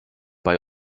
bei